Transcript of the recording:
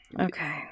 okay